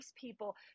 people